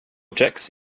objects